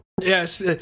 yes